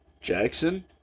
Jackson